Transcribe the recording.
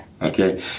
Okay